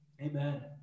Amen